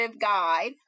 guide